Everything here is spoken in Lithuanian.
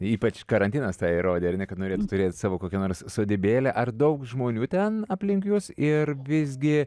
ypač karantinas tą įrodė kad norėtų turėti savo kokią nors sodybėlę ar daug žmonių ten aplink jus ir visgi